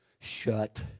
shut